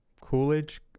Coolidge